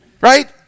right